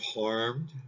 harmed